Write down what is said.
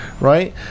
right